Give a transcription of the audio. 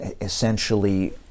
essentially